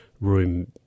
room